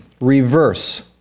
reverse